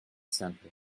simple